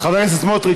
חבר הכנסת סמוטריץ,